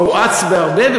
הואץ בהרבה.